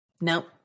no